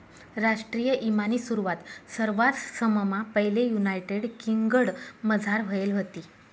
राष्ट्रीय ईमानी सुरवात सरवाससममा पैले युनायटेड किंगडमझार व्हयेल व्हती